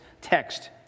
text